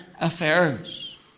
affairs